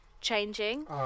changing